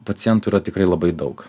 pacientų yra tikrai labai daug